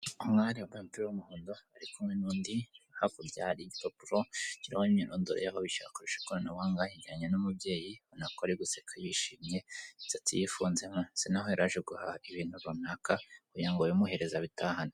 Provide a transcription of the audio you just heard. Umwari wambaye umupira w'umuhondo ari kumwe n'undi, hakurya hari igipapuro kiriho imyirondoro y'ababasha gukoresha ikoranabuhanga, yegeranye n'umubyeyi ubona ko ari guseka yishimye, imisatsi ye ifunze munsi, ubonako yaje guhaha ibintu runaka kugira ngo babimuherereze abitahane.